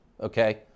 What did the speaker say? okay